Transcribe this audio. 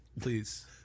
Please